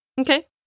Okay